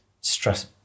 stress